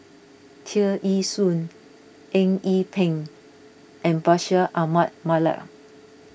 Tear Ee Soon Eng Yee Peng and Bashir Ahmad Mallal